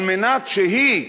כדי שהיא,